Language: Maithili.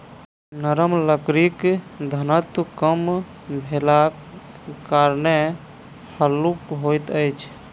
नरम लकड़ीक घनत्व कम भेलाक कारणेँ हल्लुक होइत अछि